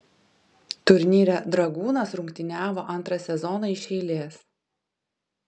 turnyre dragūnas rungtyniavo antrą sezoną iš eilės